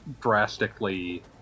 drastically